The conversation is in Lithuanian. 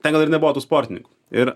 ten gal ir nebuvo tų sportininkų ir